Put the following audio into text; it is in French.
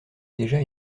déjà